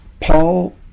Paul